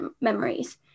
memories